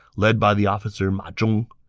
led by the officer ma zhong.